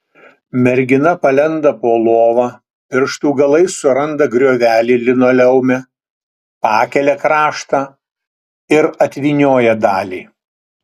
mergina palenda po lova pirštų galais suranda griovelį linoleume pakelia kraštą ir atvynioja dalį